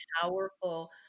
powerful